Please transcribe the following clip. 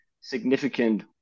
significant